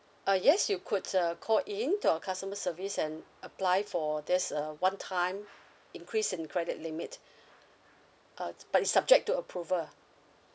ah yes you could uh call in to our customer service and apply for there's a one time increase in credit limit uh but is subject to approval ah